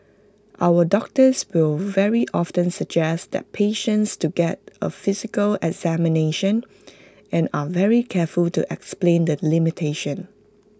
our doctors will very often suggest that patients to get A physical examination and are very careful to explain the limitations